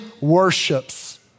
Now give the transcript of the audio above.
worships